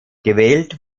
gewählt